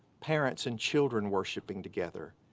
parents and children worshiping together.